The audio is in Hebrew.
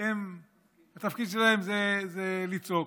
התפקיד שלהם זה לצעוק.